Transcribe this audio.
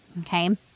okay